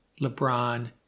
LeBron